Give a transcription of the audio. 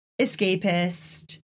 escapist